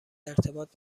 ارتباط